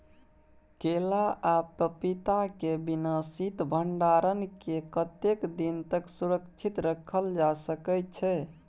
केला आ पपीता के बिना शीत भंडारण के कतेक दिन तक सुरक्षित रखल जा सकै छै?